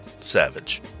Savage